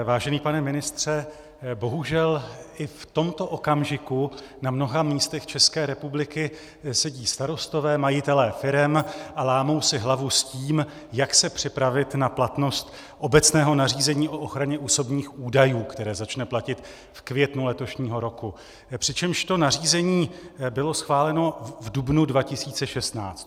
Vážený pane ministře, bohužel i v tomto okamžiku na mnoha místech České republiky sedí starostové, majitelé firem a lámou si hlavu s tím, jak se připravit na platnost obecného nařízení o ochraně osobních údajů, které začne platit v květnu letošního roku, přičemž to nařízení bylo schváleno v dubnu 2016.